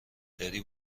داری